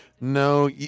No